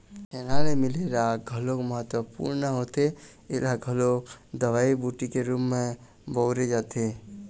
छेना ले मिले राख घलोक महत्वपूर्न होथे ऐला घलोक दवई बूटी के रुप म बउरे जाथे